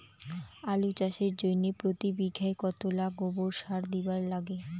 আলু চাষের জইন্যে প্রতি বিঘায় কতোলা গোবর সার দিবার লাগে?